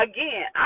Again